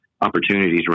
opportunities